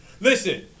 Listen